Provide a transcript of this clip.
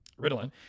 Ritalin